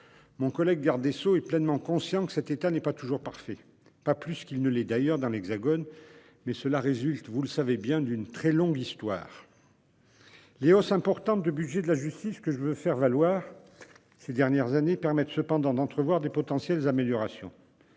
Mon collègue garde des sceaux est pleinement conscient que cet état n'est pas toujours parfait, pas plus qu'il ne l'est d'ailleurs dans l'Hexagone, mais cela résulte, vous le savez bien, d'une très longue histoire. Les hausses importantes du budget de la justice au cours des dernières années permettent cependant d'entrevoir de potentielles améliorations.